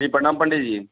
जी प्रणाम पंडित जी